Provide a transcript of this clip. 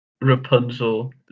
Rapunzel